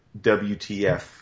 WTF